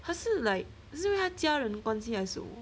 他是 like 是不是他家人关系还是